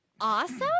awesome